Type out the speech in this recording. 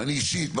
אני אישית,